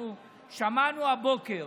אנחנו שמענו הבוקר